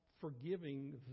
forgiving